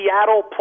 Seattle